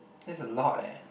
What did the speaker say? that's a lot eh